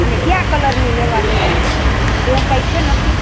અને કયા કલરની લેવાની છે એવું કાંઈ છે નક્કી